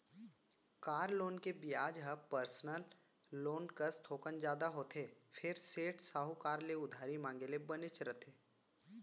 car loan के बियाज ह पर्सनल लोन कस थोकन जादा होथे फेर सेठ, साहूकार ले उधारी मांगे ले बनेच रथे